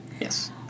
Yes